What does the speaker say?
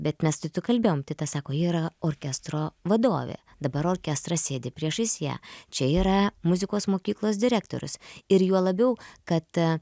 bet mes kalbėjom titas sako ji yra orkestro vadovė dabar orkestras sėdi priešais ją čia yra muzikos mokyklos direktorius ir juo labiau kad